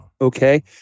Okay